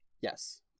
Yes